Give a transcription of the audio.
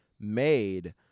made